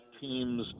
teams